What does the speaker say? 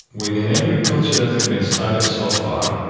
within every culture that have been studied so far,